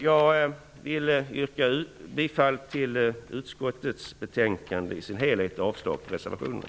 Jag yrkar bifall till utskottets hemställan i dess helhet samt avslag på reservationerna.